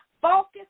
Focus